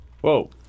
Whoa